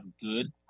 good